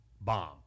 bomb